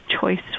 choice